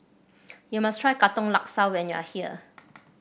you must try Katong Laksa when you are here